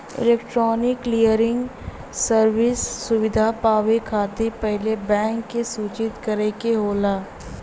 electronic clearing services सुविधा पावे खातिर पहिले बैंक के सूचित करे के होला